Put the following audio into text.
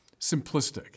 simplistic